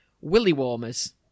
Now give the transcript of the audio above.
willy-warmers